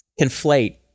conflate